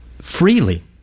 Freely